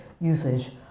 usage